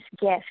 gift